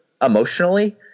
Emotionally